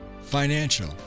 financial